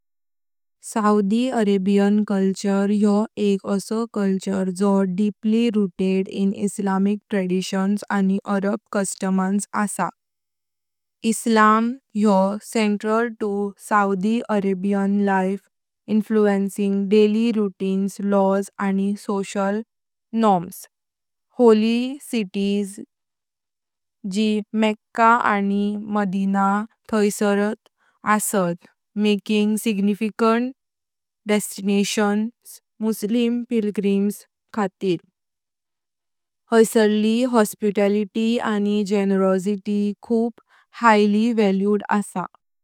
Saudi Arabian culture योह एक असो कल्चर जो deeply rooted in Islamic traditions आनी अरब कस्टम्स आसा। इस्लाम योह central to Saudi Arabian life, influencing daily routines, laws, आनी सोशल नॉर्म्स। होली सिटीज जी मक्का आनी मदीना थाइसारत असात, making significant destination Muslim pilgrims खातीर। होस्पिटॅलिटी आनी जनरोसिटी खूब हायली व्हॅल्यूड।